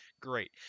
Great